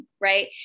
right